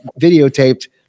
videotaped